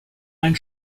ein